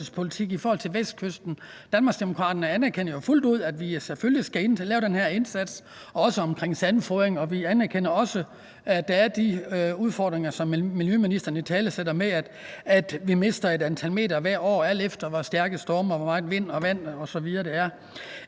i forhold til Vestkysten. Danmarksdemokraterne anerkender jo fuldt ud, at vi selvfølgelig skal lave den her indsats, også omkring sandfodring, og vi anerkender også, at der er de udfordringer, som miljøministeren italesætter, med, at vi mister et antal meter hvert år, alt efter hvor stærke storme og hvor meget vind og vand osv. der er